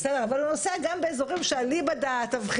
אבל הוא נוסע גם באזורים שאליבא דתבחינים